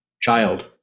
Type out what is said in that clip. child